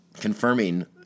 confirming